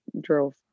drove